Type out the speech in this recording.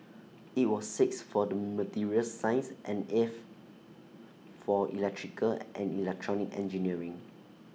IT was sixth for the materials science and eighth for electrical and electronic engineering